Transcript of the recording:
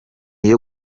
iyo